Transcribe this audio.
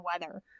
weather